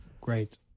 Great